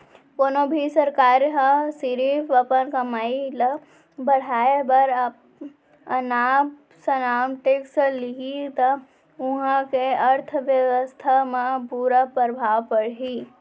कोनो भी सरकार ह सिरिफ अपन कमई ल बड़हाए बर अनाप सनाप टेक्स लेहि त उहां के अर्थबेवस्था म बुरा परभाव परही